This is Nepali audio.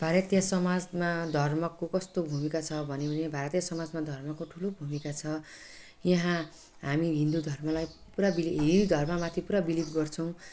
भारतीय समाजमा धर्मको कस्तो भूमिका छ भन्यो भने भारतीय समाजमा धर्मको ठुलो भूमिका छ यहाँ हामी हिन्दू धर्मलाई पुरा बिलि हिन्दू धर्ममाथि पुरा बिलिभ गर्छौँ कि